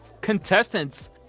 contestants